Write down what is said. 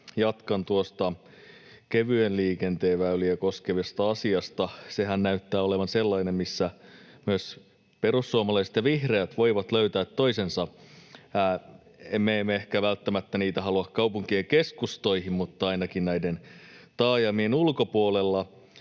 Jatkan tuosta kevyen liikenteen väyliä koskevasta asiasta. Sehän näyttää olevan sellainen, missä myös perussuomalaiset ja vihreät voivat löytää toisensa. Me emme ehkä välttämättä niitä halua kaupunkien keskustoihin, mutta ainakin taajamien ulkopuolella